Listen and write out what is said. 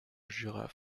jura